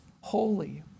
holy